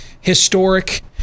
historic